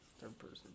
Third-person